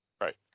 Right